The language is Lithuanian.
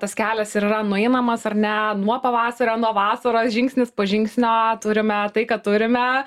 tas kelias ir yra nueinamas ar ne nuo pavasario nuo vasaros žingsnis po žingsnio turime tai ką turime